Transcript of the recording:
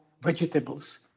vegetables